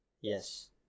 Yes